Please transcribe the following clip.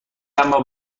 اما